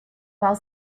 while